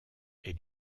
est